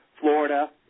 Florida